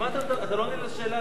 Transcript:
אתה לא עונה על השאלה.